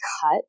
cut